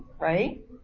right